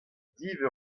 div